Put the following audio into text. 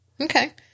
Okay